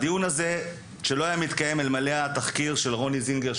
הדיון הזה לא היה מתקיים אלמלא התחקיר של רוני זינגר,